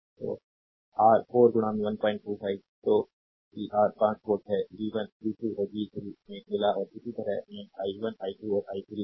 तो आर 4 125 तो कि आर 5 वोल्ट है वी 1 वी 2 वी 3 हमें मिला और इसी तरह हमें i1 i2 और i3 मिला